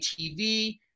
TV